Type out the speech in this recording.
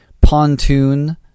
Pontoon